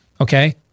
okay